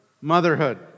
motherhood